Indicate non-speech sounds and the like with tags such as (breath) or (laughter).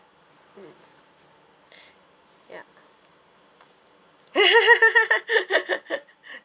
mm (breath) ya (laughs)